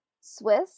Swiss